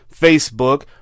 Facebook